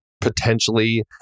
Potentially